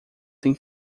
tem